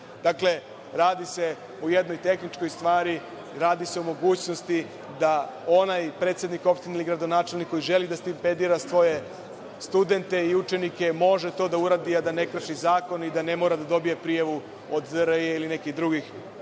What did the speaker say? studente. Radi se o jednoj tehničkoj stvari, radi se o mogućnosti da onaj predsednik opštine ili gradonačelnik koji želi da stipendira svoje studente i učenike može to da uradi a da ne krši zakon i da ne mora da dobije prijavu od DRI ili nekih drugih